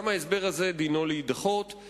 גם ההסבר הזה דינו להידחות.